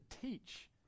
teach